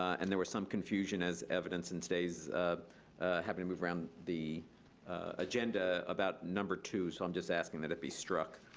and there were some confusion as evidence and stays having to move around the agenda agenda about number two, so i'm just asking that it be struck.